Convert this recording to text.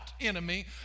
enemy